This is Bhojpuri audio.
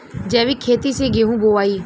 जैविक खेती से गेहूँ बोवाई